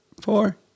four